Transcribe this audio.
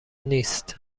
نیست